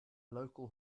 local